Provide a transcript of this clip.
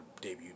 debut